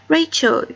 Rachel